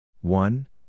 one